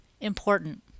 important